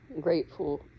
Grateful